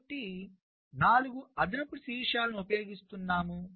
కాబట్టి మనము 4 అదనపు శీర్షాలను ఉపయోగిస్తున్నాము